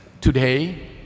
today